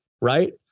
Right